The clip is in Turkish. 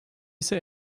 ise